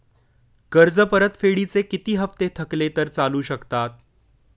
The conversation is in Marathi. कर्ज परतफेडीचे किती हप्ते थकले तर चालू शकतात?